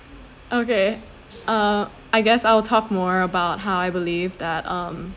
okay uh I guess I'll talk more about how I believe that um